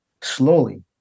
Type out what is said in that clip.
Slowly